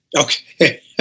Okay